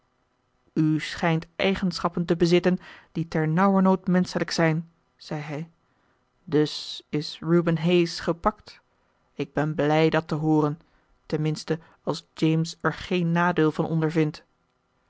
u schijnt eigenschappen te bezitten die ternauwernood menschelijk zijn zei hij dus is reuben hayes gepakt ik ben blij dat te hooren ten minste als james er geen nadeel van ondervindt